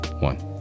one